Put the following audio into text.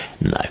No